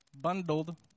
bundled